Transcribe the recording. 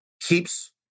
keeps